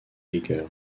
geiger